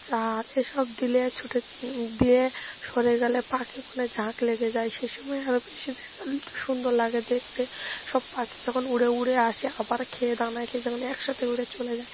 চাল এসব দিলে ছুটে দিয়ে সরে গেলে পাখি মানে ঝাঁক লেগে যায় সেই সময় আরও বেশি দেখালে একটু সুন্দর লাগে দেখতে সব পাখি যখন উড়ে উড়ে আসে আবার খেয়ে দানা খেয়ে যখন একসাথে উড়ে চলে যায়